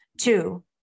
Two